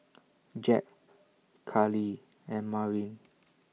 Jack Kalie and Marin